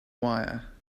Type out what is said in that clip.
wire